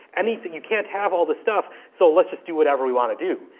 and you can't have all the stuff, so let's just do whatever we wanna do.